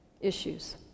issues